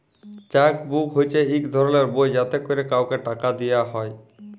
cheque book হছে ইক ধরলের বই যাতে ক্যরে কাউকে টাকা দিয়া হ্যয়